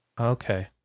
Okay